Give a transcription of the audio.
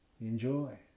Enjoy